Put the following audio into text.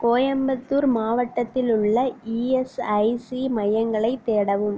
கோயம்புத்தூர் மாவட்டத்தில் உள்ள இஎஸ்ஐசி மையங்களைத் தேடவும்